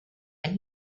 and